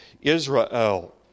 Israel